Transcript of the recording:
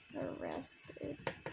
arrested